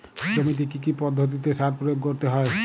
জমিতে কী কী পদ্ধতিতে সার প্রয়োগ করতে হয়?